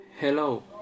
Hello